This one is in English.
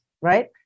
Right